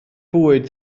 bwyd